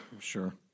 Sure